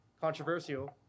controversial